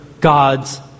gods